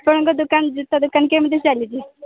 ଆପଣଙ୍କ ଦୋକାନ ଜୋତା ଦୋକାନ କେମିତି ଚାଲିଛି